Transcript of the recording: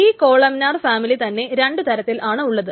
ഈ columnar family തന്നെ രണ്ടു തരത്തിലാണ് ഉള്ളത്